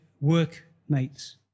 workmates